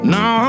Now